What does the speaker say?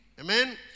Amen